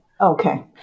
Okay